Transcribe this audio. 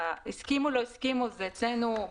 "הסכימו" או "לא הסכימו" בשבילנו זה